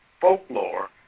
folklore